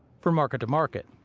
for market to market,